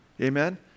Amen